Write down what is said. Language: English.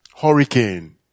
Hurricane